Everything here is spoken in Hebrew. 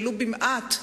ולו במעט,